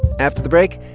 after the break,